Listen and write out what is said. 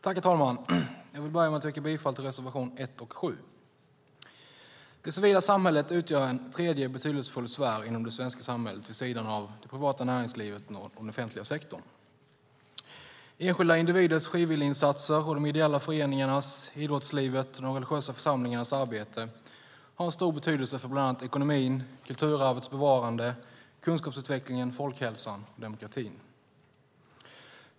Herr talman! Jag vill börja med att yrka bifall till reservationerna 1 och 7. Det civila samhället utgör en tredje betydelsefull sfär inom det svenska samhället vid sidan av det privata näringslivet och den offentliga sektorn. Enskilda individers frivilliginsatser och de ideella föreningarnas, idrottslivets och de religiösa församlingarnas arbete har en stor betydelse för bland annat ekonomin, kulturarvets bevarande, kunskapsutvecklingen, folkhälsan och demokratin.